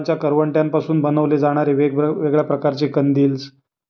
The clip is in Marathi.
नारळांच्या करवंट्यांपासून बनवले जाणारे वेगवेगळ्या प्रकारचे कंदील्स